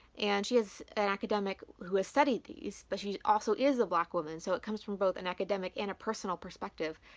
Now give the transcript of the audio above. and she is an academic who has studied this, but she also is a black woman, so it comes from both an academic and a personal perspective.